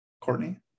Courtney